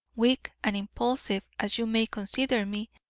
weak and impulsive as you may consider me,